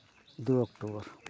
ᱫᱩ ᱚᱠᱴᱳᱵᱚᱨ